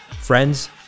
Friends